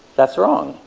that's wrong.